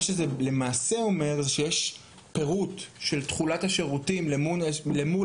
זה אומר שיש פירוט של תכולת השירותים למול